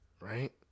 right